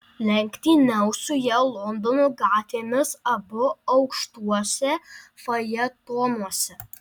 lenktyniaus su ja londono gatvėmis abu aukštuose fajetonuose